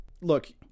look